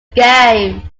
game